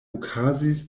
okazis